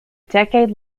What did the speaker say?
decade